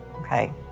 okay